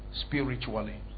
Spiritually